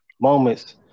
moments